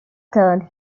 turned